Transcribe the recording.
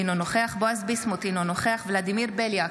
אינו נוכח בועז ביסמוט, אינו נוכח ולדימיר בליאק,